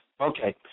Okay